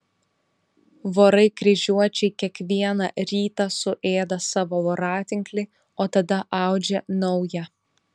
vorai kryžiuočiai kiekvieną rytą suėda savo voratinklį o tada audžia naują